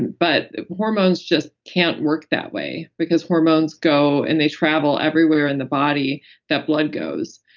but hormones just can't work that way because hormones go and they travel everywhere in the body that blood goes.